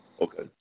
Okay